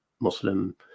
Muslim